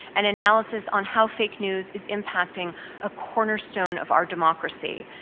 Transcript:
and analysis on how fake news is impacting a cornerstone of our democracy,